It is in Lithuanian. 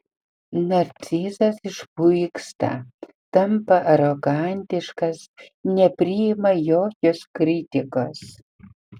narcizas išpuiksta tampa arogantiškas nepriima jokios kritikos